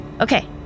Okay